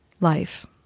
Life